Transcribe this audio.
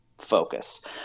focus